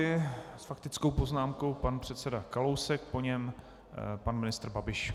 S faktickou poznámkou pan předseda Kalousek, po něm pan ministr Babiš.